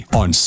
on